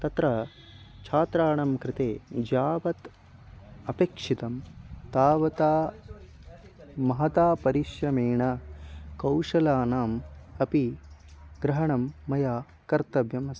तत्र छात्राणां कृते यावत् अपेक्षितं तावता महता परिश्रमेण कौशलानाम् अपि ग्रहणं मया कर्तव्यम् अस्ति